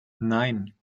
nein